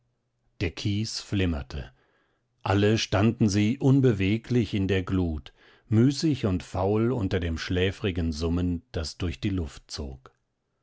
der kies flimmerte alle standen sie unbeweglich in der glut müßig und faul unter dem schläfrigen summen das durch die luft zog